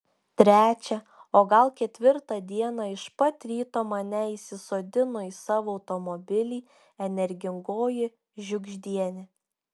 trečią o gal ketvirtą dieną iš pat ryto mane įsisodino į savo automobilį energingoji žiugždienė